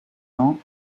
ans